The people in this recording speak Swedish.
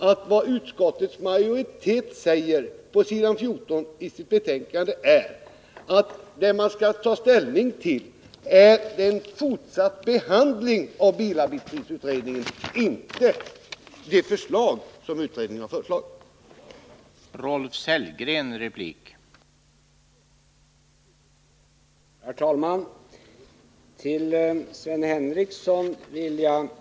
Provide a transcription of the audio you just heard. Av utskottets skrivning på s. 14 i betänkandet framgår att vad man skall ta ställning till är den fortsatta behandlingen av bilarbetstidsutredningens betänkande, inte de förslag som utredningen har lagt fram.